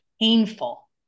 painful